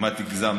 כמעט הגזמתי.